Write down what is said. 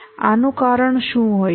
આનું કારણ શું હોઈ શકે